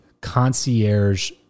concierge